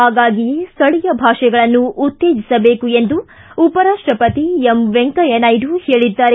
ಹಾಗಾಗಿಯೇ ಸ್ವಳಿಯ ಭಾಷೆಗಳನ್ನು ಉತ್ತೇಜಿಸಬೇಕು ಎಂದು ಉಪರಾಷ್ಷಪತಿ ವೆಂಕಯ್ಯ ನಾಯ್ಡು ಹೇಳಿದ್ದಾರೆ